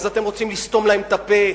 אז אתם רוצים לסתום להם את הפה?